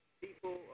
people